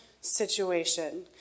situation